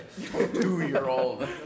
two-year-old